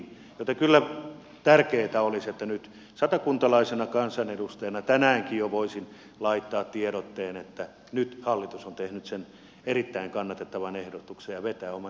joten kyllä tärkeätä olisi että nyt satakuntalaisena kansanedustajana tänään jo voisin laittaa tiedotteen että nyt hallitus on tehnyt sen erittäin kannatettavan ehdotuksen ja vetää oman esityksensä pois